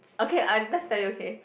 okay uh just tell you okay